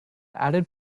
added